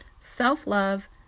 Self-love